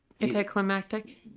Anticlimactic